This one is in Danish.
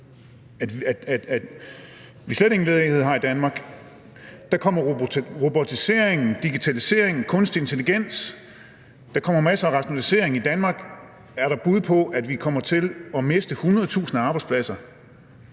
at vi slet ingen ledighed har i Danmark. Der kommer robotisering, digitalisering, kunstig intelligens – der kommer masser af rationalisering i Danmark. Er der bud på, at vi kommer til at miste hundredetusinder